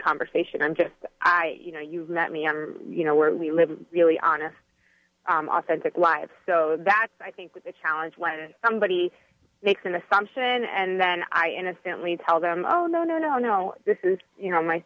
conversation i'm just i you know you've met me and you know where we live really honest authentic lives so that's i think with a challenge when somebody makes an assumption and then i innocently tell them oh no no no no this is you know my